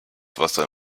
wasser